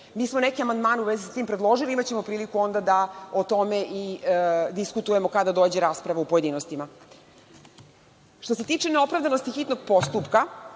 Mi smo neke amandmane u vezi sa tim predložili, imaćemo priliku onda da o tome i diskutujemo kada dođe rasprava u pojedinostima. Što se tiče neopravdanosti hitnog postupka,